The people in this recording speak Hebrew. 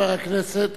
חבר הכנסת